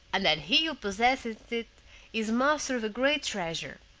and that he who possesses it is master of a great treasure.